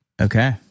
Okay